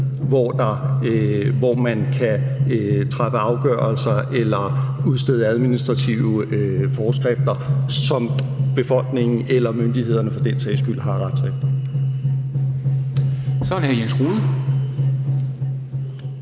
hvor man kan træffe afgørelser eller udstede administrative forskrifter, som befolkningen eller myndighederne for den sags skyld har at rette sig efter. Kl. 13:32 Formanden